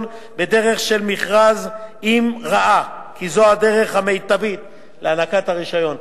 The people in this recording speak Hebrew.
בדרך של מכרז אם ראה כי זו הדרך המיטבית להענקת הרשיון.